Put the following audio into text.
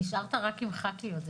נשארת רק עם ח"כיות.